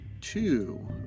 Two